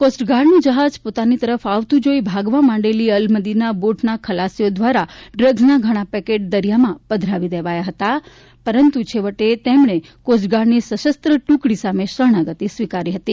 કોસ્ટગાર્ડન્ગ્રં જહાજ પોતાની તરફ આવતું જોઇ ભાગવા માંડેલી અલમદીના બોટના ખલાસીઓ દ્વારા ડ્રગ્ઝના ઘણા પેકેટ દરિયામાં પધરાવી દેવાયા હતા પરંતુ છેવટે તેમણે કોસ્ટગાર્ડની સશસ્ત્ર ટ્રકડી સામે શરણાગતિ સ્વીકારી લીધી હતી